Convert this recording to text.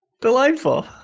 Delightful